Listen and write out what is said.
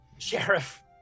sheriff